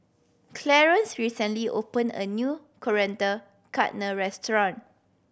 Clarence recently opened a new Coriander Chutney restaurant